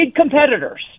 competitors